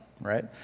Right